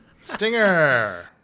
Stinger